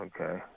Okay